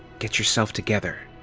get yourself together!